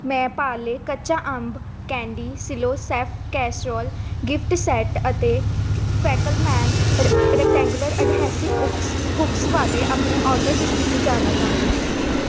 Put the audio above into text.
ਮੈਂ ਪਾਰਲੇ ਕੱਚਾ ਅੰਬ candy Cello chef casserole gift set ਅਤੇ ਫੈਕਲਮੈਨ ਰ ਰੈਕਟੈਂਗੁਲਰ ਅਡਹੈਸਿਵ ਉਕਸ ਹੁੱਕਸ ਵਾਲੇ ਆਪਣੇ ਆਰਡਰ ਦੀ ਸਥਿਤੀ ਜਾਣਨਾ ਚਾਹੁੰਦੀ ਹਾਂ